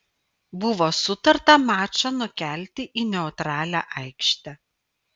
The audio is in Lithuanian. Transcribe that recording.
buvo sutarta mačą nukelti į neutralią aikštę